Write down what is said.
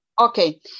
Okay